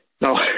No